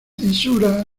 censura